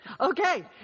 Okay